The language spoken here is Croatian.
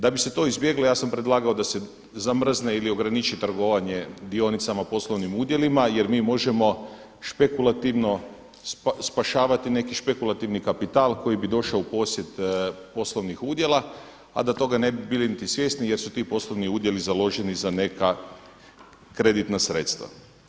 Da bi se to izbjeglo, ja sam predlagao da se zamrzne ili ograniči trgovanje dionicama u poslovnim udjelima jer mi možemo špekultivno spašavati neki špekulativni kapital koji bi došao u posjed poslovnih udjela a da toga ne bi bili niti svjesni jer su ti poslovni udjeli založeni za neka kreditna sredstva.